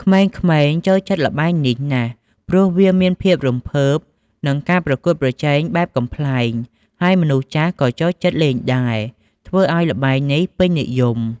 ក្មេងៗចូលចិត្តល្បែងនេះណាស់ ព្រោះវាមានភាពរំភើប និងការប្រកួតប្រជែងបែបកំប្លែង ហើយមនុស្សចាស់ក៏ចូលចិត្តលេងដែរ ធ្វើឱ្យល្បែងនេះពេញនិយម។